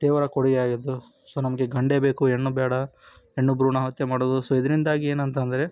ದೇವರ ಕೊಡುಗೆಯಾಗಿದ್ದು ಸೊ ನಮಗೆ ಗಂಡೇ ಬೇಕು ಹೆಣ್ಣು ಬೇಡ ಹೆಣ್ಣು ಭ್ರೂಣ ಹತ್ಯೆ ಮಾಡುವುದು ಸೊ ಇದರಿಂದಾಗಿ ಏನಂತ ಅಂದ್ರೆ